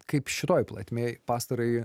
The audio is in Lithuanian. kaip šitoj plotmėj pastarąjį